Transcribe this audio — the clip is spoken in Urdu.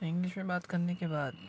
انگلش میں بات کرنے کے بعد